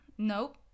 Nope